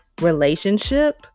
Relationship